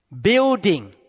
building